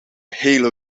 hele